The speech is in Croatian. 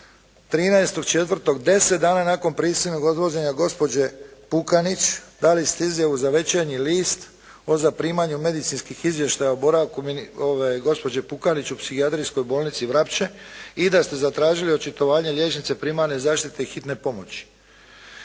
13.4. deset dana nakon prisilnog odvođenja gospođe Pukanić dali ste izjavu za "Večernji list" o zaprimanju medicinskih izvještaja o boravku gospođe Pukanić u Psihijatrijskoj bolnici Vrapče i da ste zatražili očitovanje liječnice primarne zaštite i Hitne pomoći.